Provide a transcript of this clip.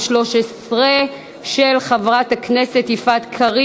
גם את חבר הכנסת מרדכי